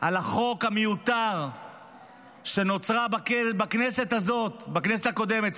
על החוק המיותר שנוצר בכנסת הקודמת.